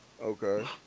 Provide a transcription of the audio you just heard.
Okay